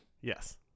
Yes